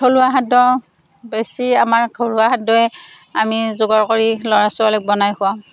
থলুৱা খাদ্য বেছি আমাৰ ঘৰুৱা খাদ্য়য়েই আমি যোগাৰ কৰি ল'ৰা ছোৱালীক বনাই খুৱাওঁ